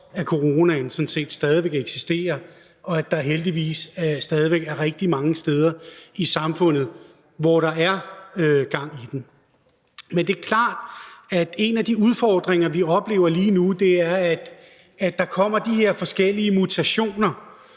af coronaen i høj grad stadig væk eksisterer, altså at der heldigvis stadig væk er rigtig mange steder i samfundet, hvor der er gang i den. Men det er klart, at en af de udfordringer, vi oplever lige nu, er, at der kommer de her forskellige mutationer,